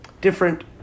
different